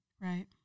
Right